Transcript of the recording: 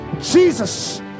Jesus